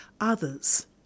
others